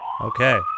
Okay